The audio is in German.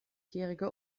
jährige